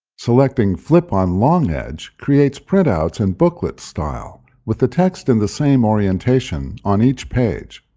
selecting flip on long edge creates printouts in booklet style with the text in the same orientation on each page.